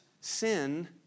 sin